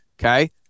Okay